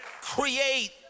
create